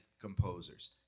composers